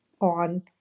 on